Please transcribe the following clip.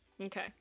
Okay